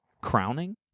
Crowning